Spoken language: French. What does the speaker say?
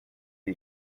les